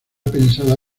pensada